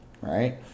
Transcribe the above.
right